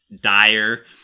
dire